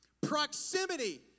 proximity